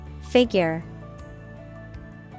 Figure